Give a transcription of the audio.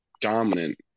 dominant